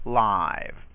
live